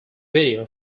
video